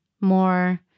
more